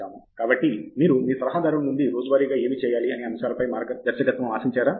ఫణి కుమార్ కాబట్టి మీరు మీ సలహాదారుడి నుండి రోజువారీగా ఏమి చేయాలి అనే అంశాల పై మార్గదర్శకత్వం ఆశించారా